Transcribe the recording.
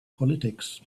politics